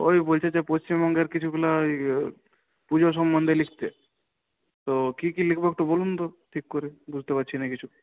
ওই বলছে যে পশ্চিমবঙ্গের কিছুগুলা ওই পূজো সম্বন্ধে লিখতে তো কি কি লিখব একটু বলুন তো ঠিক করে বুঝতে পারছি না কিছু